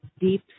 deep